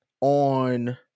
On